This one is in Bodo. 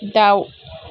दाउ